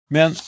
Men